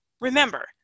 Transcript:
remember